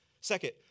Second